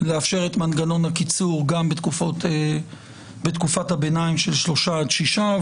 לאפשר את מנגנון הקיצור גם בתקופת הביניים של שלושה עד שישה,